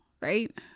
Right